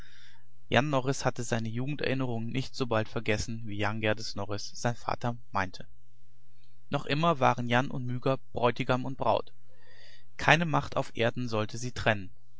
hatte seine jugenderinnerungen nicht so bald vergessen wie jan geerdes norris sein vater meinte noch immer waren jan und myga bräutigam und braut keine macht auf erden solle sie trennen